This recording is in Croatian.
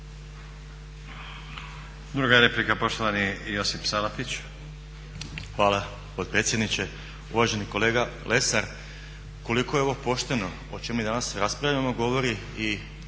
Josip Salapić. **Salapić, Josip (HDSSB)** Hvala potpredsjedniče. Uvaženi kolega Lesar, koliko je ovo pošteno o čemu mi danas raspravljamo govori i